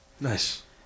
nice